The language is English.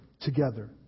together